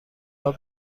راه